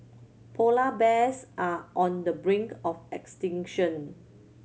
polar bears are on the brink of extinction